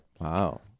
Wow